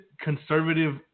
conservative